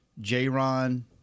J-Ron –